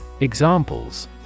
Examples